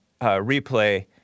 replay